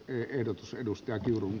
kiitoksia